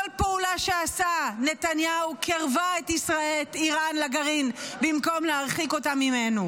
כל פעולה שעשה נתניהו קירבה את איראן לגרעין במקום להרחיק אותה ממנו,